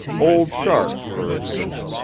old shark, for instance,